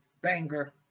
Banger